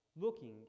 looking